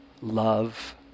love